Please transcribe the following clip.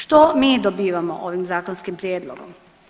Što mi dobivamo ovim zakonskim prijedlogom?